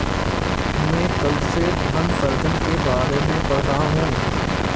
मैं कल से धन सृजन के बारे में पढ़ रहा हूँ